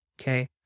Okay